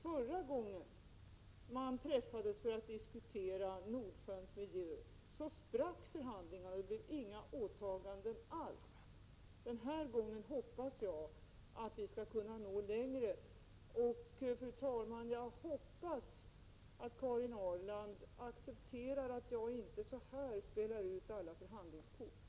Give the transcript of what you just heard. Förra gången man träffades för att diskutera Nordsjöns miljö sprack förhandlingarna, och det blev inga åtaganden alls. Denna gång hoppas jag att man skall kunna nå längre. Fru talman! Jag hoppas att Karin Ahrland accepterar att jag inte här spelar ut alla förhandlingskort.